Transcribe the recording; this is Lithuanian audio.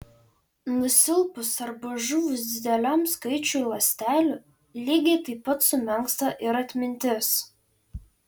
nusilpus arba žuvus dideliam skaičiui ląstelių lygiai taip pat sumenksta ir atmintis